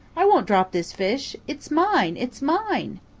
i won't drop this fish! it's mine! it's mine!